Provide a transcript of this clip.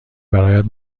برایت